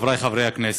חברי חברי הכנסת,